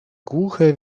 głuche